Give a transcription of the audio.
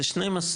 זה 1,200